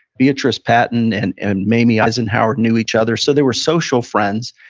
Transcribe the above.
beatrice patton and and mamie eisenhower knew each other. so they were social friends.